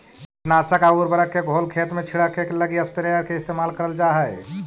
कीटनाशक आउ उर्वरक के घोल खेत में छिड़ऽके लगी स्प्रेयर के इस्तेमाल करल जा हई